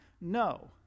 No